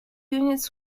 units